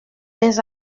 les